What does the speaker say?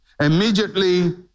immediately